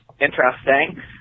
interesting